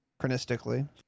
chronistically